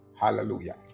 Hallelujah